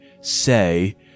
say